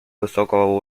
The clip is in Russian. высокого